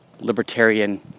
libertarian